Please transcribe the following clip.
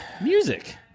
Music